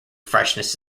freshness